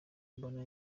mbona